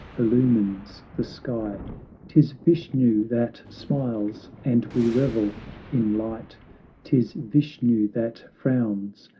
illumines the sky tis vishnu that smiles, and we revel in light tis vishnu that frowns,